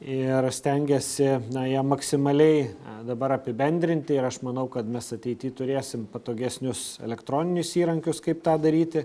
ir stengiasi ją maksimaliai dabar apibendrinti ir aš manau kad mes ateity turėsim patogesnius elektroninius įrankius kaip tą daryti